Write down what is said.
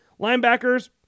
Linebackers